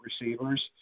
receivers